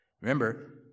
remember